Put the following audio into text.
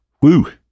Woo